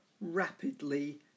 rapidly